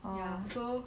ya so